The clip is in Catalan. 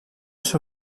seu